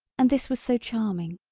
and this was so charming.